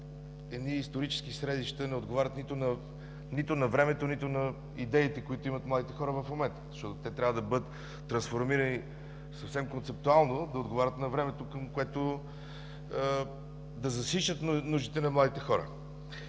едни исторически средища, не отговарят нито на времето, нито на идеите, които имат младите хора в момента. Те трябва да бъдат трансформирани, съвсем концептуално да отговарят на времето, да засищат нуждите на младите хора.